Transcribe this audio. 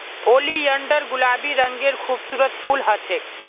oleander गुलाबी रंगेर खूबसूरत फूल ह छेक